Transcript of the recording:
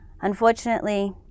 Unfortunately